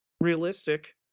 Realistic